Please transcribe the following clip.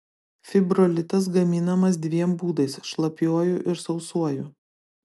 fibrolitas gaminamas dviem būdais šlapiuoju ir sausuoju